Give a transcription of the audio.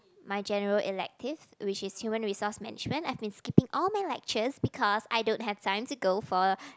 my general elective which is human resource management I have been skipping all my lectures because I don't have time to go for